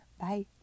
Bye